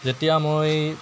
যেতিয়া মই